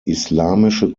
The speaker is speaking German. islamische